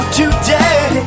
today